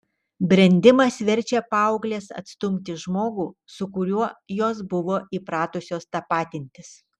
brendimas verčia paaugles atstumti žmogų su kuriuo jos buvo įpratusios tapatintis